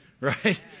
right